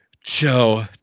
Joe